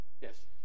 Yes